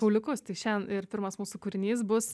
kauliukus tai šiandien ir pirmas mūsų kūrinys bus